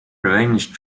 revenge